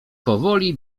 powoli